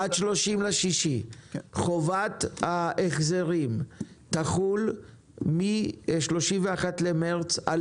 עד 30.6 חובת ההחזרים תחול מ-31 במרץ על